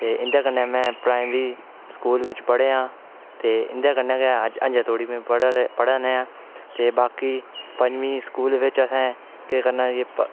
ते इं'दे कन्नै में प्राईमरी स्कूल बिच पढ़ेआ ते इं'दे कन्नै गै अजें तोड़ी पढ़ै नां ते बाकी पञमीं स्कूल बिच असें केह् करना कि